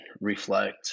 reflect